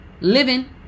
Living